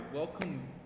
Welcome